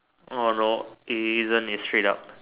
orh no isn't is straight up